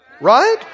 Right